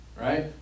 right